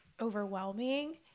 overwhelming